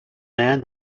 man